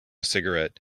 cigarette